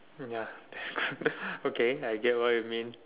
ya that's true okay I get what you mean